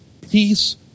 Peace